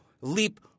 leap